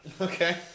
Okay